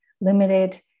Limited